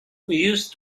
used